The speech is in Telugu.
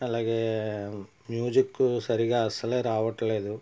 అలాగే మ్యూజిక్ సరిగ్గా అసలే రావట్లేదు